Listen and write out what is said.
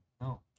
No